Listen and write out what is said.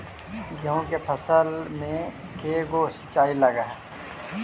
गेहूं के फसल मे के गो सिंचाई लग हय?